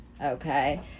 Okay